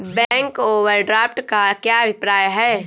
Bank overdraft का क्या अभिप्राय है?